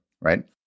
right